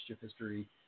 history